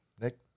Nick